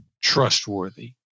trustworthy